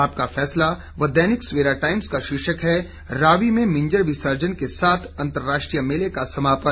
आपका फैसला व दैनिक सवेरा टाइम्स का शीर्षक है रावी में मिंजर विसर्जन के साथ अंतर्राष्ट्रीय मेले का समापन